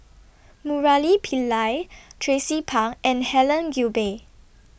Murali Pillai Tracie Pang and Helen Gilbey